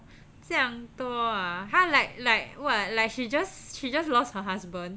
这样多 !huh! like like what like she just she just lost her husband